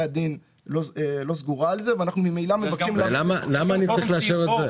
הדין לא סגורה על זה ואנחנו ממילא מבקשים --- למה אני צריך לאשר את זה?